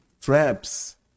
traps